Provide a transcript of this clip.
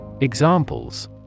Examples